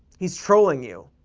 he's trolling you,